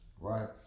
Right